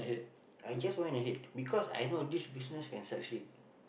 I just went ahead because I know this business can succeed